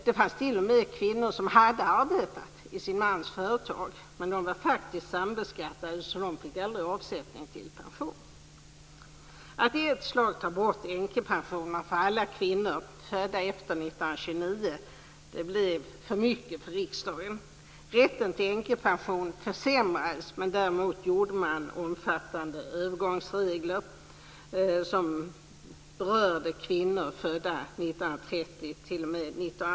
Det fanns t.o.m. kvinnor som hade arbetat i sina mäns företag, men de var sambeskattade så det gjordes aldrig någon avsättning till pension. Att i ett slag ta bort änkepensionen för alla kvinnor födda efter 1929 blev för mycket för riksdagen.